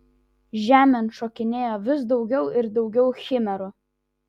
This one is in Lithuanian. žemėn šokinėjo vis daugiau ir daugiau chimerų